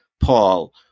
Paul